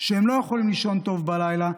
שהם לא יכולים לישון טוב בלילה,